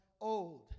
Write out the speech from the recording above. old